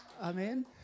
Amen